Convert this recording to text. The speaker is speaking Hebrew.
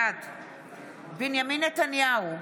בעד בנימין נתניהו,